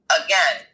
again